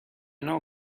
نوع